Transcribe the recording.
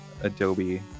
adobe